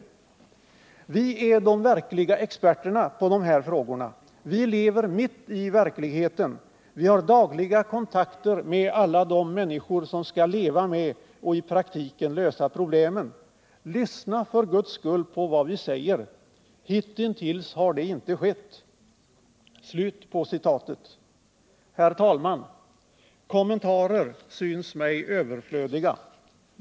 Vi är dom verkliga experterna på dom här frågorna. Vi lever mitt i den verkligheten. Vi har dagliga kontakter med alla dom människor som skall leva med och i praktiken lösa problemen. Lyssna för guds skull på vad vi säger! Hitintills har det inte skett!” Herr talman! Kommentarer synes mig överflödiga.